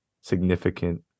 significant